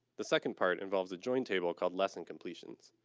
the second part involves a join table called lessons completed. and